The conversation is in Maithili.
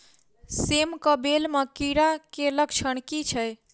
सेम कऽ बेल म कीड़ा केँ लक्षण की छै?